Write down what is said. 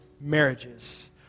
marriages